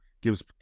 gives